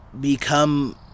become